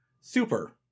Super